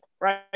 right